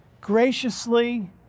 graciously